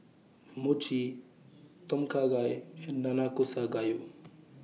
Mochi Tom Kha Gai and Nanakusa Gayu